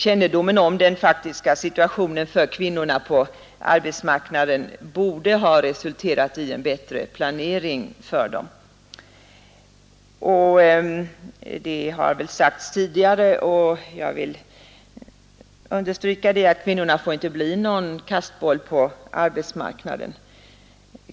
Kännedomen om den faktiska situationen för kvinnorna på arbetsmarknaden borde ha resulterat i en bättre planering för dem. Det har sagts tidigare, men jag vill understryka att kvinnorna inte får bli någon kastboll på arbetsmarknaden.